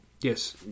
yes